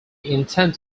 intent